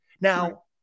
Now